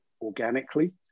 organically